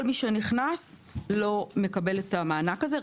כל מי שנכנס לא מקבל את המענק הזה.